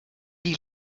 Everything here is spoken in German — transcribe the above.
die